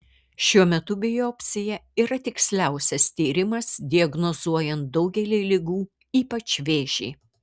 šiuo metu biopsija yra tiksliausias tyrimas diagnozuojant daugelį ligų ypač vėžį